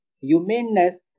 humaneness